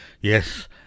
Yes